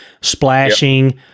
splashing